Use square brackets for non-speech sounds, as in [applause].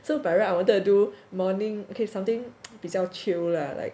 so by right I wanted to do morning okay something [noise] 比较 chill lah like